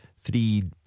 three